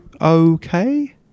okay